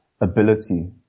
ability